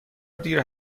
دیر